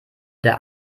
der